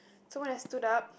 so when I stood up